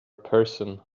person